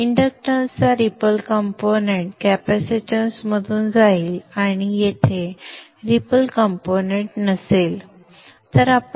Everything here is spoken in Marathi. इंडक्टन्सचा रिपल कंपोनेंट कॅपेसिटन्समधून जाईल आणि येथे रिपल कंपोनेंट नसेल